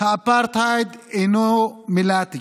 האפרטהייד אינו מילת גנאי.